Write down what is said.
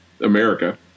America